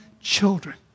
children